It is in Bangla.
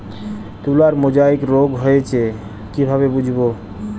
তুলার মোজাইক রোগ হয়েছে কিভাবে বুঝবো?